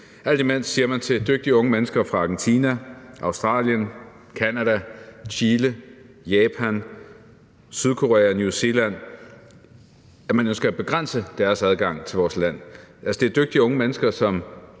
alt imens man til dygtige unge mennesker fra Argentina, Australien, Canada, Chile, Japan, Sydkorea og New Zealand siger, at man ønsker at begrænse deres adgang til vores land. Altså, det er dygtige unge mennesker,